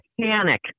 panic